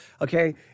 okay